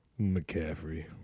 McCaffrey